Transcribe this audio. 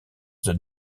the